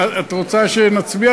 את רוצה שנצביע,